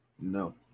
No